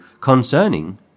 concerning